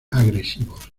agresivos